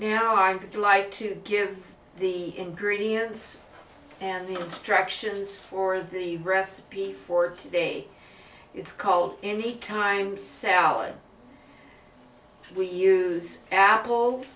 would like to give the ingredients and the instructions for the recipe for today it's called anytime salad we use apples